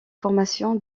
formation